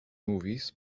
movies